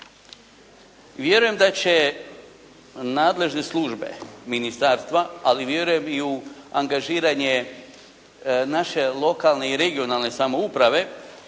Vjerujem da će nadležne službe, ministarstva, ali vjerujem i u angažiranje naše lokalne i regionalne samouprave